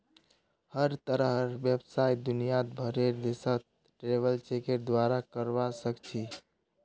हर तरहर व्यवसाय दुनियार भरेर देशत ट्रैवलर चेकेर द्वारे करवा सख छि